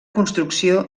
construcció